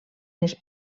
les